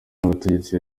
n’abategetsi